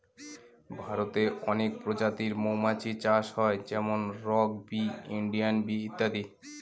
ভারতে অনেক প্রজাতির মৌমাছি চাষ হয় যেমন রক বি, ইন্ডিয়ান বি ইত্যাদি